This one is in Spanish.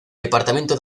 departamento